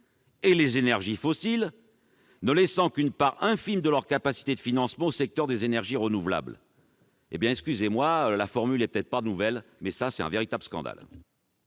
et les énergies fossiles, ne laissant qu'une part infime de leurs capacités de financement au secteur des énergies renouvelables. La formule n'est peut-être pas nouvelle, mais je trouve que c'est un véritable scandale